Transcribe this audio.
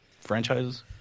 franchises